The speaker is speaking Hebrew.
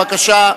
בבקשה.